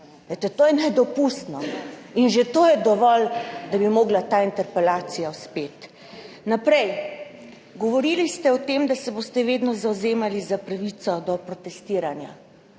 to je nedopustno. Že to je dovolj, da bi mogla ta interpelacija uspeti. Naprej. Govorili ste o tem, da se boste vedno zavzemali za pravico do protestiranja,